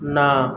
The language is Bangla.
না